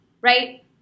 right